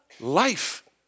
life